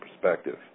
perspective